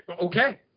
okay